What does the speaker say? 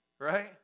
right